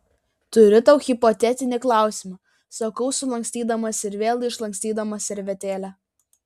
turiu tau hipotetinį klausimą sakau sulankstydamas ir vėl išlankstydamas servetėlę